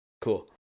Cool